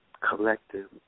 collective